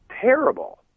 terrible